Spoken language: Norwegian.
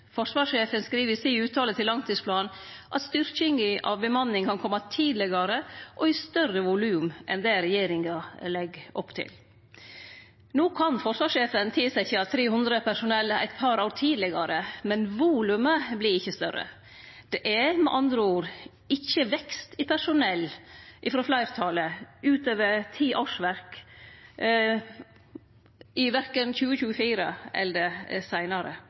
Forsvarssjefen skriv i uttalen til langtidsplanen at styrkinga av bemanninga kan kome tidlegare og i større volum enn det regjeringa legg opp til. No kan forsvarssjefen tilsetje 300 personell eit par år tidlegare, men volumet vert ikkje større. Det er med andre ord ikkje vekst i personell, frå fleirtalet, utover ti årsverk verken i 2024 eller seinare. Det